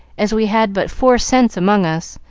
as we had but four cents among us,